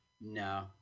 No